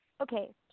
okay